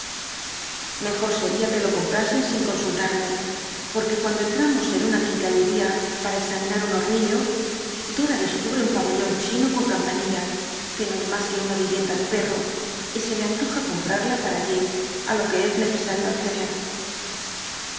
iicjoi seria que lo comprasen sin consullatme poquc cuando entramos en una quincallería para examina un hornillo dora descubre un pabellon chino con campanillas que no es mas que una vivienda de pci'i'o y se le antoja comprarla para jip á lo que es necesario acccdct